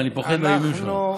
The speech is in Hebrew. אני פוחד מהאיומים שלך.